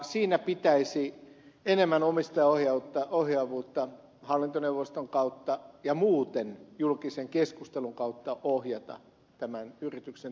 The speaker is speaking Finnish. siinä pitäisi enemmän omistajaohjaavuutta hallintoneuvoston kautta ja muuten julkisen keskustelun kautta ohjata tämän yrityksen toimintaan